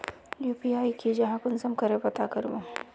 UPI की जाहा कुंसम करे पता करबो?